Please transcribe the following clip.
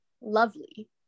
lovely